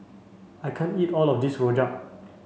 I can't eat all of this Rojak